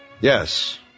Yes